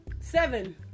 seven